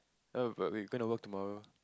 oh but we're gonna work tomorrow